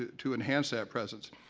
to enhance that presence.